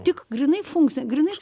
tik grynai funkcija grynai